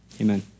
Amen